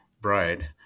bride